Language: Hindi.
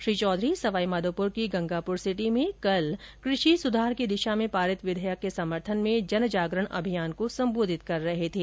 श्री चौधरी सवाईमाधोपुर की गंगापुर सिटी में कल कृषि सुधार की दिशा में पारित विधेयक के समर्थन में जनजागरण अभियान को संबोधित कर रहे थे